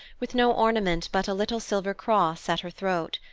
with no ornament but a little silver cross at her throat.